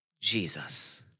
Jesus